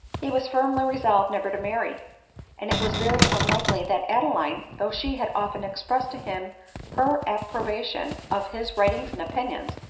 he was firmly resolved never to marry and it was very unlikely that adeline, though she had often expressed to him her approbation of his writings and opinions,